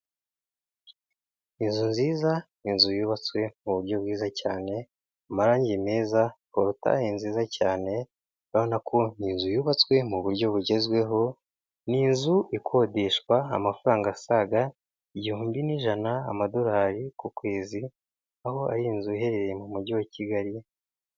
Inzu nziza, inzu yubatswe mu buryo bwiza cyane, amarangi meza, porutaye nziza cyane, urabona ko ni inzu yubatswe mu buryo bugezweho; ni inzu ikodeshwa amafaranga asaga igihumbi n'ijana "amadolari" ku kwezi, aho ari inzu iherereye mu mujyi wa Kigali.